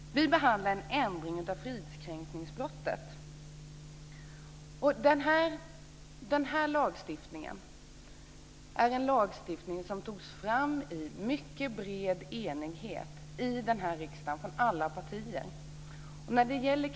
Vi behandlar en ändring av fridskränkningsbrotten. Den här lagstiftningen togs fram i mycket bred enighet i alla partier i riksdagen.